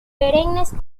perennes